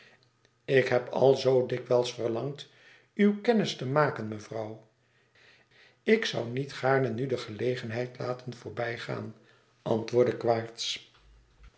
ik heb al zoo dikwijls verlangd uw kennis te maken mevrouw ik zoû niet gaarne nu de gelegenheid laten voorbij gaan antwoordde